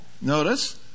notice